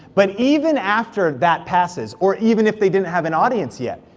but even after that passes, or even if they didn't have an audience yet,